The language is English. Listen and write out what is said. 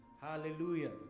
hallelujah